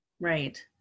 right